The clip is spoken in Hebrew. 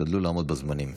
תשתדלו לעמוד בזמנים.